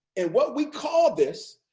and what we call this,